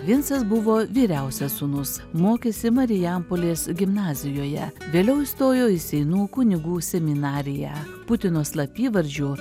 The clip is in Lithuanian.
vincas buvo vyriausias sūnus mokėsi marijampolės gimnazijoje vėliau įstojo į seinų kunigų seminariją putino slapyvardžiu